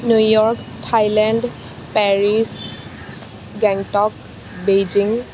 New York Thailand Paris Gangtok Beijing